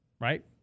right